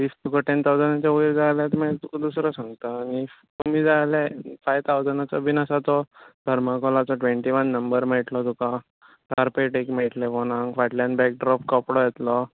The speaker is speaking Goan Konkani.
इफ तुका टेन टाउसंडचे वयर जाय जाल्यार तुका दुसरो सांगता कमी जाय जाल्यार फायव टाउसंडाचो बी आसा तो थर्मकोलाचो ट्वेंटी वान नंबर मेळटलो तुका कार्पेट एक मेळटलें फाटल्यान बॅकड्रोप कपडो येतलो